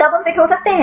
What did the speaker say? तब हम फिट हो सकते हैं